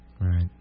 Right